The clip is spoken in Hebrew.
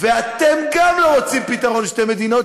וגם אתם לא רוצים פתרון שתי מדינות,